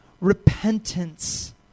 repentance